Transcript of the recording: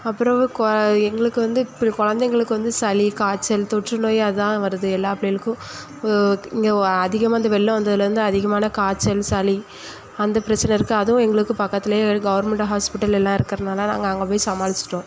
அப்புறவு கொ எங்களுக்கு வந்து இப்படி குலந்தைங்களுக்கு வந்து சளி காய்ச்சல் தொற்றுநோய் அதான் வருது எல்லா பிள்ளைகளுக்கும் இப்போ இங்கே அதிகமாக இந்த வெள்ளம் வந்ததுலருந்து அதிகமான காய்ச்சல் சளி அந்த பிரச்சனை இருக்கு அதுவும் எங்களுக்கு பக்கத்துல ஒரு கவர்மெண்ட்டு ஹாஸ்பிட்டல் எல்லாம் இருக்குறதுனால நாங்கள் போய் சமாளிச்சிவிட்டோம்